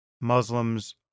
Muslims